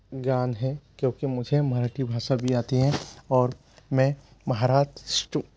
ज्ञान है क्योंकि मुझे मराठी भाषा भी आती है और मैं महाराष्ट्र